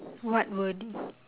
what wording